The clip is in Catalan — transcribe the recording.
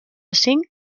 cinc